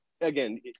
again